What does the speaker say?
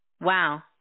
Wow